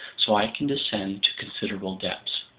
so i can descend to considerable depths.